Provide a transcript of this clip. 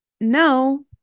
No